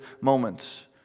moment